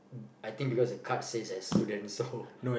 I think because the card says that students so